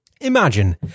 Imagine